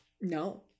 No